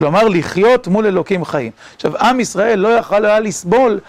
כלומר, לחיות מול אלוקים חיים. עכשיו, עם ישראל לא יכל היה לסבול...